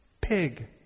Pig